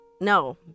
no